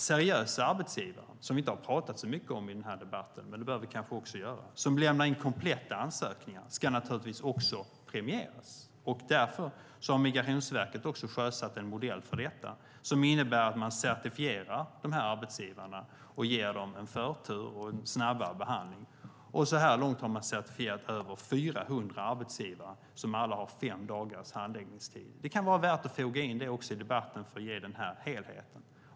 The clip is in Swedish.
Seriösa arbetsgivare, som vi inte har pratat så mycket om i den här debatten men som vi kanske också behöver göra, som lämnar in kompletta ansökningar ska naturligtvis också premieras. Därför har Migrationsverket också sjösatt en modell för detta som innebär att man certifierar de här arbetsgivarna och ger dem förtur och snabbare behandling. Så här långt har man certifierat över 400 arbetsgivare som alla har fem dagars handläggningstid. Det kan vara värt att foga in det också i debatten för att ge helheten.